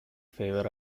favour